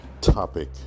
topic